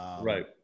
Right